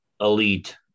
elite